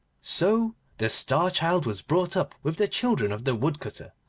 so the star-child was brought up with the children of the woodcutter,